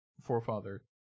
Forefather